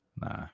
Nah